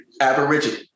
aboriginal